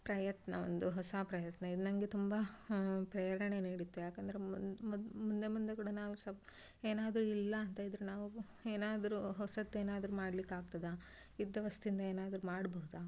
ಪ್ರಯತ್ನ ಒಂದು ಹೊಸ ಪ್ರಯತ್ನ ಇದು ನಂಗೆ ತುಂಬಾ ಪ್ರೇರಣೆ ನೀಡಿತ್ತು ಯಾಕಂದರೆ ಮೊದ್ ಮುಂದೆ ಮುಂದೆ ಕೂಡ ನಾವು ಸಬ್ ಏನಾದರು ಇಲ್ಲ ಅಂತ ಇದ್ರೆ ನಾವು ಏನಾದರು ಹೊಸತು ಏನಾದರು ಮಾಡಲಿಕ್ಕೆ ಆಗ್ತದ ಇದ್ದ ವಸ್ತುವಿಂದ ಏನಾದರು ಮಾಡಬಹುದ